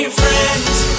friends